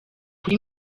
kuri